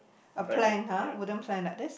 a plank ha wooden plank this